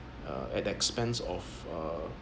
uh at expense of a